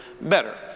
better